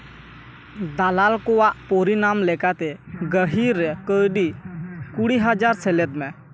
ᱫᱟᱞᱟᱞ ᱠᱚᱣᱟᱜ ᱯᱚᱨᱤᱱᱟᱢ ᱞᱮᱠᱟᱛᱮ ᱜᱟᱹᱦᱤᱨ ᱨᱮ ᱠᱟᱹᱣᱰᱤ ᱠᱩᱲᱤ ᱦᱟᱡᱟᱨ ᱥᱮᱞᱮᱫ ᱢᱮ